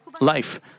life